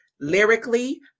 lyrically